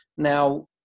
Now